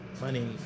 money